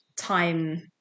time